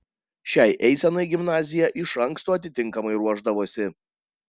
šiai eisenai gimnazija iš anksto atitinkamai ruošdavosi